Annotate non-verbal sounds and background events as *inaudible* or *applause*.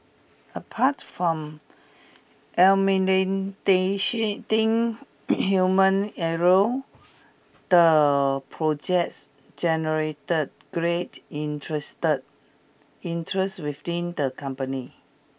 apart from *unintelligible* *noise* human error the projects generated great interested interest within the company